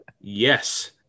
Yes